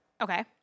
Okay